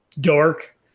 dark